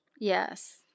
Yes